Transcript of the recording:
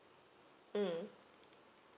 mm